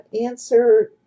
answer